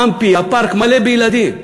האמפי, הפארק, מלא בילדים.